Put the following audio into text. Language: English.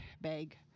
bag